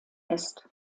ist